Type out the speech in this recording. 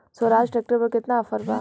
Swaraj tractor पर केतना offer बा?